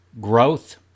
growth